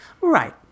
Right